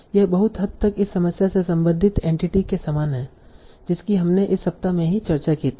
यह बहुत हद तक इस समस्या से संबंधित एंटिटी के समान है जिसकी हमने इस सप्ताह में ही चर्चा की थी